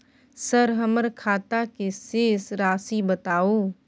Sir हमर खाता के शेस राशि बताउ?